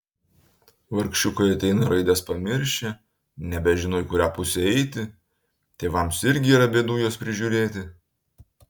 vargšiukai ateina raides pamiršę nebežino į kurią pusę eiti tėvams irgi yra bėdų juos prižiūrėti